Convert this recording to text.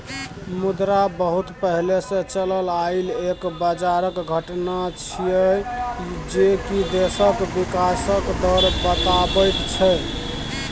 मुद्रा बहुत पहले से चलल आइल एक बजारक घटना छिएय जे की देशक विकासक दर बताबैत छै